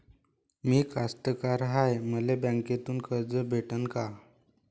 मी कास्तकार हाय, मले बँकेतून कर्ज भेटन का?